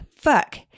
fuck